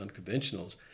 unconventionals